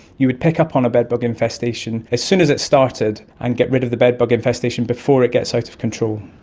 you would pick up on a bedbug infestation as soon as it started and get rid of the bedbug infestation before it gets out sort of control.